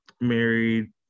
married